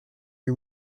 lui